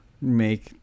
make